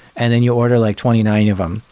and then you order like twenty nine of them,